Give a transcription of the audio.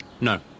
No